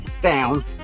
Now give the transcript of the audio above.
down